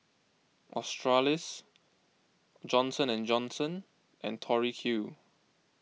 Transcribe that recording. Australis Johnson and Johnson and Tori Q